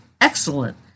excellent